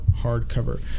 hardcover